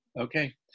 Okay